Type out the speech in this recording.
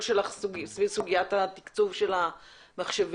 שלך סביב סוגיית התקצוב של המחשבים.